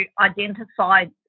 identified